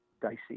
dicey